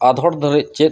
ᱟᱫᱷᱚᱲ ᱫᱷᱟᱨᱤᱡ ᱪᱮᱫ